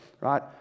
right